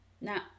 now